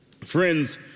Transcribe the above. Friends